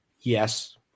yes